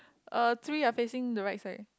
uh three are facing the right side